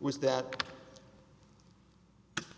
was that